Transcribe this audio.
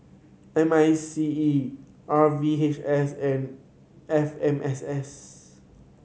M I C E R V H S F M S S